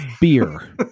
beer